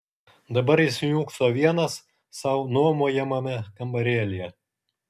dabar jis niūkso vienas sau nuomojamame kambarėlyje